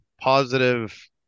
positive